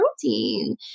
protein